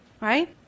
right